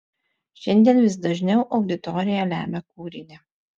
šiandien vis dažniau auditorija lemia kūrinį